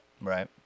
Right